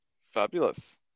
fabulous